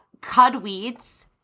cudweeds